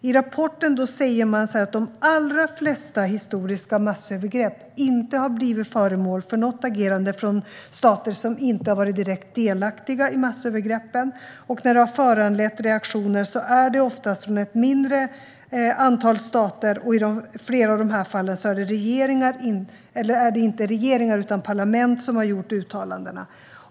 I rapporten sägs att de allra flesta historiska massövergrepp inte har blivit föremål för något agerande från stater som inte har varit direkt delaktiga i massövergreppen. När det har föranlett reaktioner är det oftast från ett mindre antal stater. Och i flera av dessa fall är det inte regeringar utan parlament som har gjort uttalandena.